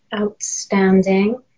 outstanding